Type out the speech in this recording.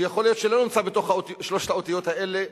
שיכול להיות שלא נמצא בתוך שלוש האותיות האלה,